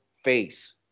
face